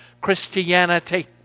Christianity